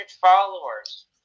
followers